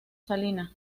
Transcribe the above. salinas